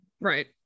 Right